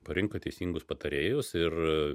parinko teisingus patarėjus ir